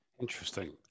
Interesting